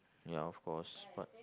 ya of course what